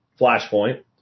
flashpoint